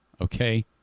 Okay